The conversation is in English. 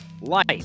life